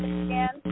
again